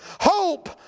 Hope